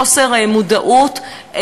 חוסר מודעות,